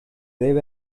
debe